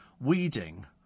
weeding